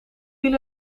viel